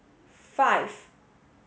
five